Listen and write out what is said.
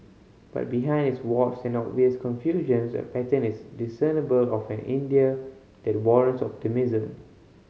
but behind its warts and obvious confusions a pattern is discernible of an India that warrants optimism